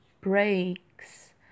breaks